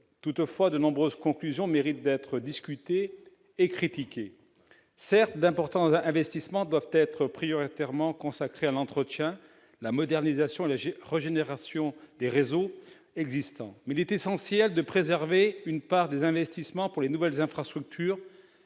Toutefois, nombre des conclusions qu'elle présente méritent d'être discutées et critiquées. Certes, d'importants investissements doivent être prioritairement consacrés à l'entretien, à la modernisation et à la régénération des réseaux existants, mais il est essentiel de préserver une part des investissements pour les nouvelles infrastructures